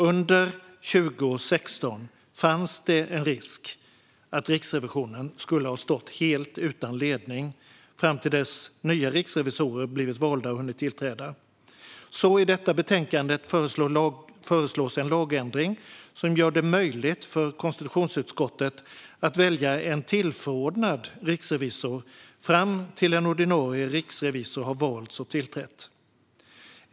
Under 2016 fanns det en risk att Riksrevisionen skulle ha stått helt utan ledning fram till dess att nya riksrevisorer blivit valda och hunnit tillträda. I detta betänkande föreslås en lagändring som gör det möjligt för konstitutionsutskottet att välja en tillförordnad riksrevisor fram till att en ordinarie riksrevisor har valts och tillträtt.